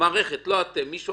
שהמערכת פישלה